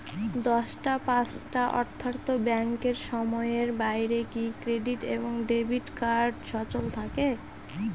দশটা পাঁচটা অর্থ্যাত ব্যাংকের সময়ের বাইরে কি ক্রেডিট এবং ডেবিট কার্ড সচল থাকে?